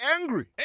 angry